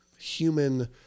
human